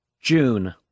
June